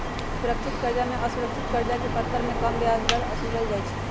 सुरक्षित करजा में असुरक्षित करजा के परतर में कम ब्याज दर असुलल जाइ छइ